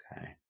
Okay